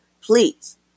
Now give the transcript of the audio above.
Please